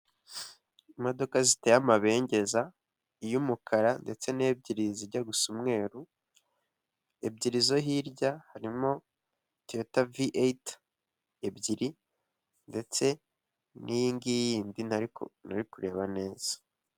Imodoka ziteye amabengeza, iy'umukara ndetse n'ebyiri zijya gusa umweru, ebyiri zo hirya harimo toyota vi eyiti ebyiri, ndetse n'iyi ngiyi yindi ariko ntari kureba neza.